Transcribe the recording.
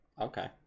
okay